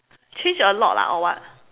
change a lot lah or what